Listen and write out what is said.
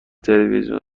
تلویزیون